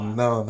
no